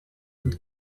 und